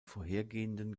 vorhergehenden